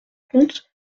compte